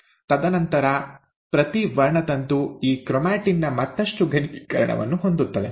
ತದನಂತರ ಪ್ರತಿ ವರ್ಣತಂತು ಈ ಕ್ರೊಮ್ಯಾಟಿನ್ ನ ಮತ್ತಷ್ಟು ಘನೀಕರಣವನ್ನು ಹೊಂದಿರುತ್ತದೆ